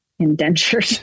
indentured